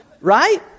Right